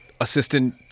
assistant